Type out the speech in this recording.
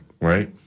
Right